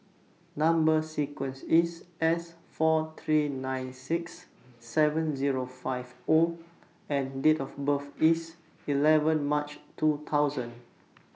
Number sequence IS S four three nine six seven Zero five O and Date of birth IS eleven March two thousand